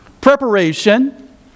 preparation